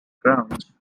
grounds